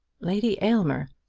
lady aylmer!